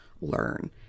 learn